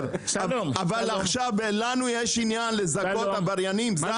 אבל עכשיו לנו יש עניין לזכות עבריינים?